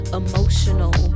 emotional